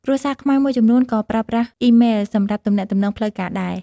គ្រួសារខ្មែរមួយចំនួនក៏ប្រើប្រាស់អ៊ីម៉ែលសម្រាប់ទំនាក់ទំនងផ្លូវការដែរ។